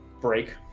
Break